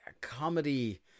comedy